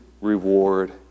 reward